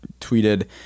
tweeted